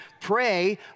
pray